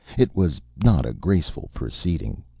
it was not a graceful proceeding.